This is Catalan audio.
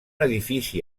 edifici